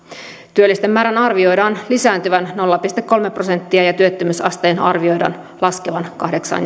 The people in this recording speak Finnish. työllisten määrän arvioidaan lisääntyvän nolla pilkku kolme prosenttia ja työttömyysasteen arvioidaan laskevan kahdeksaan